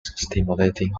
stimulating